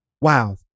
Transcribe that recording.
Wow